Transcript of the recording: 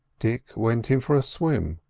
dick went in for a swim,